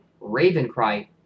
Ravencry